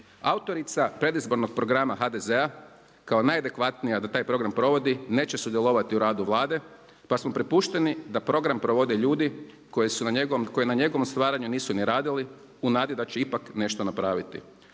Autorica predizbornog programa HDZ-a kao najadekvatnija da taj program provodi neće sudjelovati u radu Vlade pa smo prepušteni da program provode ljudi koji na njegovom stvaranju nisu ni radili u nadi će ipak nešto napraviti.